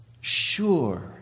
sure